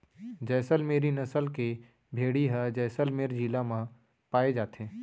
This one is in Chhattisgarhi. जैसल मेरी नसल के भेड़ी ह जैसलमेर जिला म पाए जाथे